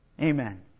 Amen